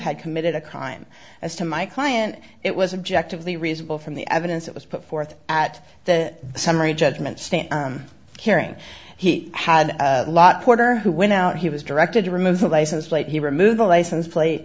had committed a crime as to my client it was objective the reasonable from the evidence that was put forth at the summary judgment stand hearing he had a lot porter who went out he was directed to remove the license plate he removed the license plate